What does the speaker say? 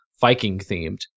Viking-themed